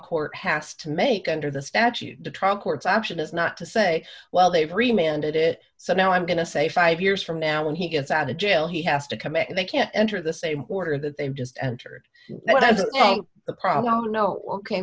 court has to make under the statute the trial court's action is not to say well they've remained at it so now i'm going to say five years from now when he gets out of jail he has to come back and they can enter the same order that they've just entered that's the problem no ok